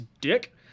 Dick